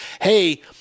hey